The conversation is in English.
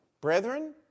brethren